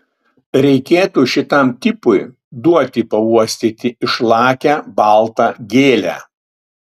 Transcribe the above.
reikėtų šitam tipui duoti pauostyti išlakią baltą gėlę